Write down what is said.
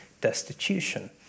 destitution